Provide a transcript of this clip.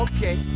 Okay